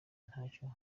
ntacyo